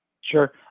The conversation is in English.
Sure